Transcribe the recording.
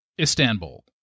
Istanbul